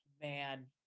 man